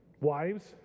Wives